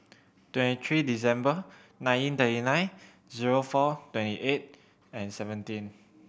twenty three December nineteen thirty nine zero four twenty eight and seventeen